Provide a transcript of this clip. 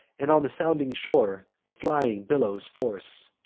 and on the sounding shore the flying billows force.